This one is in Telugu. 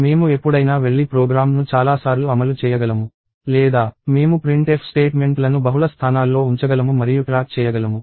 మేము ఎప్పుడైనా వెళ్లి ప్రోగ్రామ్ను చాలాసార్లు అమలు చేయగలము లేదా మేము printf స్టేట్మెంట్లను బహుళ స్థానాల్లో ఉంచగలము మరియు ట్రాక్ చేయగలము